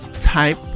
Type